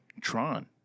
Tron